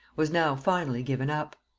was now finally given up.